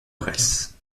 grèce